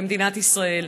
במדינת ישראל: